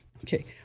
Okay